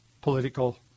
political